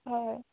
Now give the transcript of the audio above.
হয় হয়